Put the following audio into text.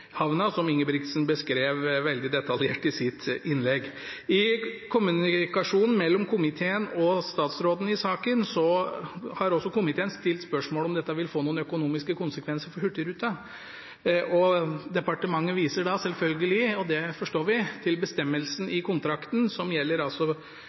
havna, som Ingebrigtsen beskrev veldig detaljert i sitt innlegg. I kommunikasjonen mellom komiteen og statsråden i saken har også komiteen stilt spørsmål om dette vil få noen økonomiske konsekvenser for Hurtigruten. Departementet viser – og det forstår vi – til bestemmelsen